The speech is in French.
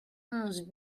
onze